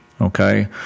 okay